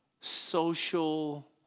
social